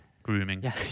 grooming